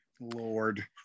Lord